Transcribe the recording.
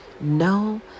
no